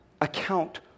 account